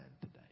today